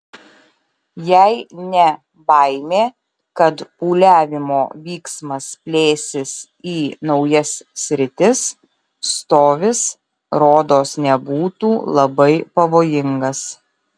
jei ne baimė kad pūliavimo vyksmas plėsis į naujas sritis stovis rodos nebūtų labai pavojingas